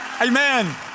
Amen